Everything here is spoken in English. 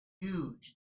huge